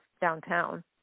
downtown